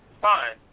Fine